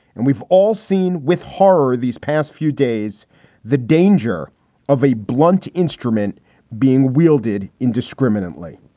and we've all seen with horror these past few days the danger of a blunt instrument being wielded indiscriminantly